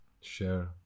share